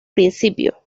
principio